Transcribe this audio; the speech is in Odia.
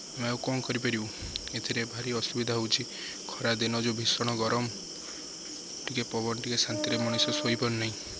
ଆମେ ଆଉ କ'ଣ କରିପାରିବୁ ଏଥିରେ ଭାରି ଅସୁବିଧା ହେଉଛି ଖରାଦିନ ଯେଉଁ ଭୀଷଣ ଗରମ ଟିକେ ପବନ ଟିକେ ଶାନ୍ତିରେ ମଣିଷ ଶୋଇପାରୁନାହିଁ